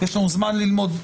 יש לנו זמן ללמוד.